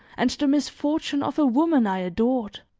and the misfortune of a woman i adored.